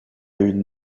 une